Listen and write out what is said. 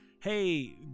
hey